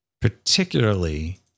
Particularly